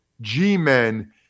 G-Men